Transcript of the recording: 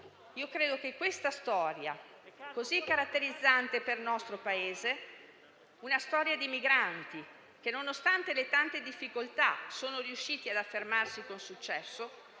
io credo che questa storia, così caratterizzante per il nostro Paese - una storia di migranti che, nonostante le tante difficoltà, sono riusciti ad affermarsi con successo